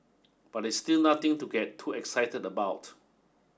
but it's still nothing to get too excited about